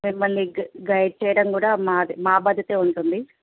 మిమ్మల్ని గై గైడ్ చెయ్యడం కూడా మాదే మా భాధ్యతే ఉంటుంది